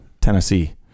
Tennessee